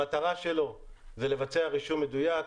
המטרה שלו היא לבצע רישום מדויק,